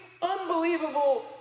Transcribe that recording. unbelievable